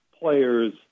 players